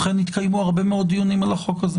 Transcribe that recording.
ולכן יתקיימו הרבה דיונים על החוק הזה.